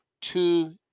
two